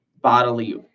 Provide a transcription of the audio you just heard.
bodily